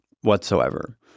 whatsoever